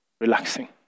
relaxing